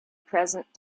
present